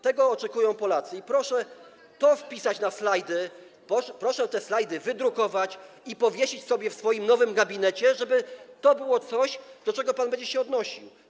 Tego oczekują Polacy i proszę to wpisać na slajdy, proszę te slajdy wydrukować i powiesić sobie w swoim nowym gabinecie, żeby to było coś, do czego pan będzie się odnosił.